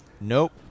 nope